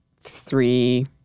three